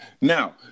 Now